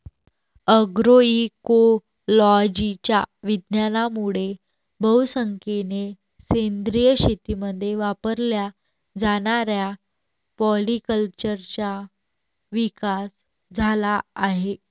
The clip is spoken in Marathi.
अग्रोइकोलॉजीच्या विज्ञानामुळे बहुसंख्येने सेंद्रिय शेतीमध्ये वापरल्या जाणाऱ्या पॉलीकल्चरचा विकास झाला आहे